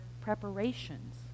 preparations